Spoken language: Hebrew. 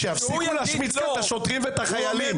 שיפסיקו להשמיץ את השוטרים ואת החיילים.